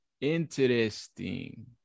interesting